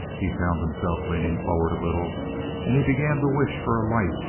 he found himself leaning forward a little and he began to wish for a light,